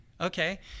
okay